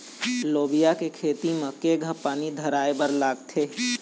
लोबिया के खेती म केघा पानी धराएबर लागथे?